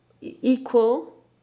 equal